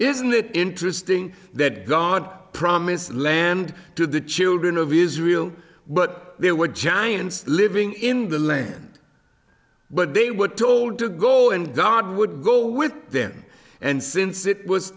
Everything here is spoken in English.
there isn't it interesting that god promised land to the children of israel but there were giants living in the land but they were told to go and god would go with them and since it was